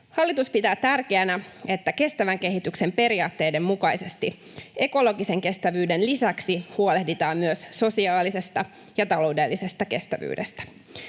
Kokoomus pitää tärkeänä, että kestävän kehityksen periaatteiden mukaisesti ekologisen kestävyyden lisäksi huolehditaan myös sosiaalisesta ja taloudellisesta kestävyydestä.